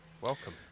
welcome